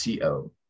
co